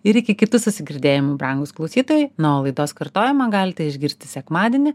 ir iki kitų susigirdėjimų brangūs klausytojai na o laidos kartojimą galite išgirsti sekmadienį